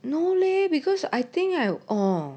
no leh because I think I oh